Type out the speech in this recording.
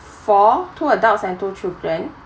four two adults and two children